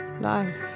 life